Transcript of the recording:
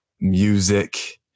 music